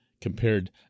compared